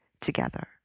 together